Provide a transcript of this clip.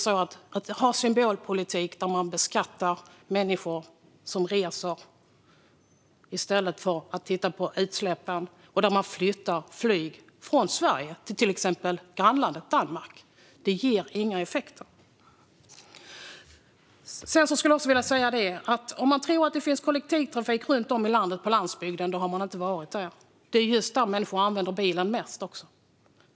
Men symbolpolitik där man beskattar människor som reser i stället för att titta på utsläppen och som flyttar flyg från Sverige till exempel till grannlandet Danmark ger inga effekter. Jag vill också säga att om man tror att det finns kollektivtrafik runt om i landet på landsbygden har man inte varit där. Det är även där människor använder bilen mest.